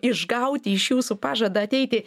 išgauti iš jūsų pažadą ateiti